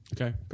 Okay